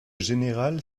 général